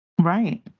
Right